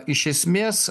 iš esmės